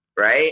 right